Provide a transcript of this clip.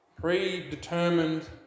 predetermined